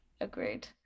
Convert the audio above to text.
Agreed